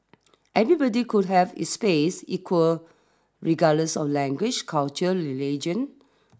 everybody could have is space equal regardless of language culture religion